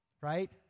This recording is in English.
Right